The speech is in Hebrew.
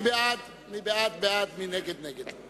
מי שבעד, בעד, מי שנגד נגד.